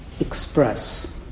express